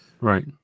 Right